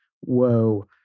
Whoa